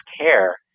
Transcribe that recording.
care